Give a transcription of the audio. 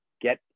get